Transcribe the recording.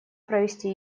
провести